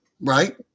right